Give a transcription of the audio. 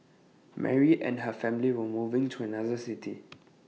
Mary and her family were moving to another city